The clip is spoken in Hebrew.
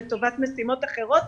לטובת משימות אחרות,